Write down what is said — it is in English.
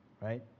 right